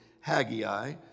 Haggai